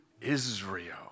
Israel